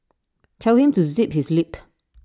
tell him to zip his lip